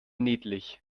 niedlich